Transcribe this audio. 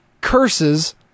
curses